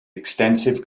extensive